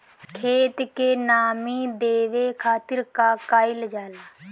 खेत के नामी देवे खातिर का कइल जाला?